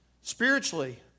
spiritually